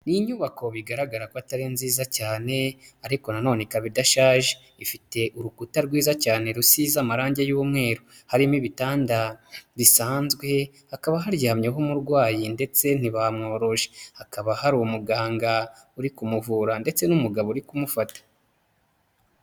Ni inyubako bigaragara ko atari nziza cyane, ariko nanone ikaba idashaje, ifite urukuta rwiza cyane rusize amarangi y'umweru, harimo ibitanda bisanzwe, hakaba haryamyeho umurwayi ndetse ntibamworoshe, hakaba hari umuganga uri kumuvura ndetse n'umugabo uri kumufata.